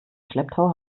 schlepptau